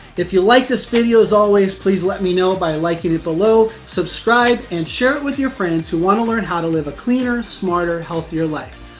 if you like this video as always, please let me know by liking it below, subscribe, and share it with your friends who want to learn how to live a cleaner, smarter, healthier life.